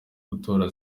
gutorwa